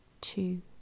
two